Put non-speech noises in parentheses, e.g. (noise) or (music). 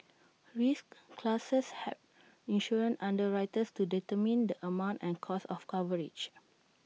risk (noise) classes help insurance underwriters to determine the amount and cost of coverage